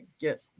get